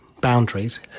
boundaries